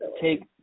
take